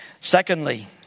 Secondly